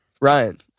Ryan